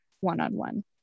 one-on-one